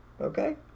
Okay